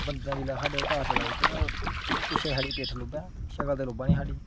बंदे ने जेल्लै साढ़े पर टार्च लाई ते पिच्छै साढ़ी पेट्ठ लब्भै शक्ल ते लब्भै निं साढ़ी